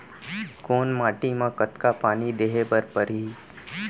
कोन माटी म कतका पानी देहे बर परहि?